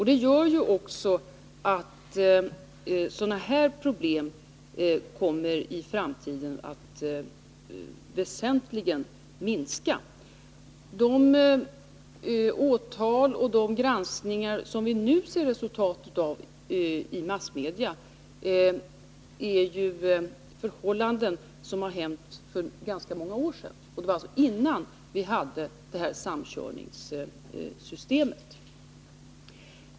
Det gör också att sådana här problem i framtiden kommer att väsentligen minska. De åtal och de granskningar som vi nu ser resultatet av i massmedia rör ju förhållanden för ganska många år sedan, dvs. innan vi hade det här samkörningssystemet.